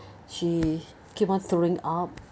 she keep on throwing up